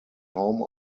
home